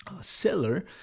seller